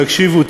תקשיבו,